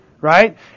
right